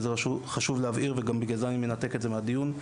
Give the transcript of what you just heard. וזה חשוב להבהיר וגם בגלל זה אני מנתק את זה מהדיון,